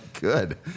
good